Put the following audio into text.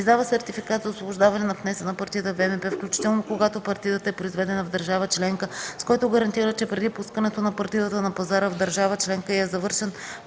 издава сертификат за освобождаване на внесена партида ВМП, включително когато партидата е произведена в държава членка, с който гарантира, че преди пускането на партидата на пазара, в държава членка й е извършен